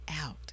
out